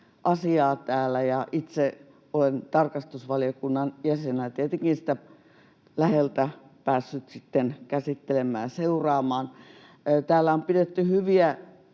asiaa täällä, ja itse olen tarkastusvaliokunnan jäsenenä tietenkin sitä läheltä päässyt käsittelemään ja seuraamaan. Täällä on pidetty hyviä